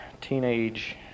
teenage